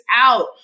out